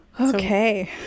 Okay